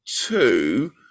two